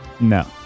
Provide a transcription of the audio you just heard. No